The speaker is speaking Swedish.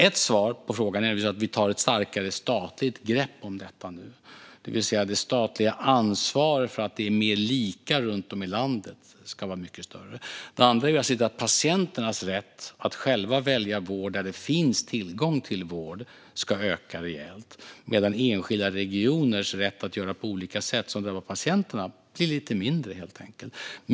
Ett svar på frågan är att vi nu tar ett starkare statligt grepp om detta, det vill säga att det statliga ansvaret för att det är mer lika runt om i landet ska bli mycket större. Ett annat är att se till att patienternas rätt att själva välja vård där det finns tillgång till vård ökar rejält medan enskilda regioners rätt att göra på olika sätt, som drabbar patienterna, blir lite mindre.